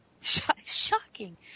Shocking